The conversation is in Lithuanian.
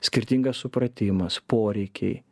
skirtingas supratimas poreikiai